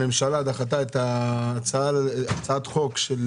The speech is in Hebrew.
הממשלה דחתה את הצעת החוק של